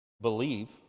believe